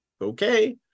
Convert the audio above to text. Okay